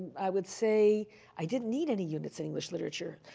i would say i didn't need any units in english literature.